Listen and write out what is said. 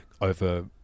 over